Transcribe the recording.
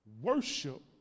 worship